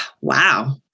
wow